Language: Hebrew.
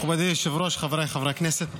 מכובדי היושב-ראש, חבריי חברי הכנסת,